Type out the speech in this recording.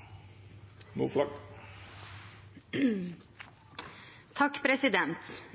8 avslutta.